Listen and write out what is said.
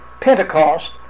Pentecost